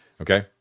Okay